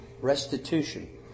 restitution